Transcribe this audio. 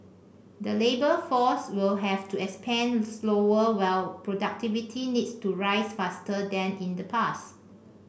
the labour force will have to expand slower while productivity needs to rise faster than in the past